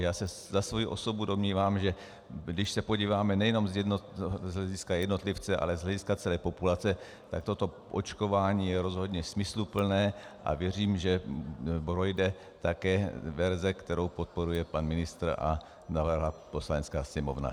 Já se za svoji osobu domnívám, že když se podíváme nejenom z hlediska jednotlivce, ale z hlediska celé populace, tak toto očkování je rozhodně smysluplné, a věřím, že projde také verze, kterou podporuje pan ministr a navrhla Poslanecká sněmovna.